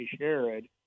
Sherrod